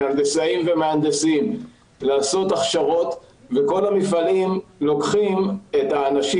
להנדסאים ומהנדסים לעשות הכשרות וכל המפעלים לוקחים את האנשים,